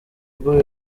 rwo